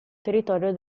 territorio